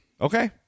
Okay